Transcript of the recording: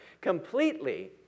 completely